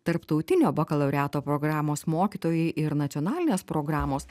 tarptautinio bakalaureato programos mokytojai ir nacionalinės programos